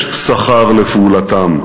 יש שכר לפעולתם,